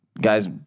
guys